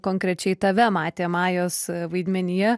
konkrečiai tave matė majos vaidmenyje